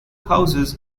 houses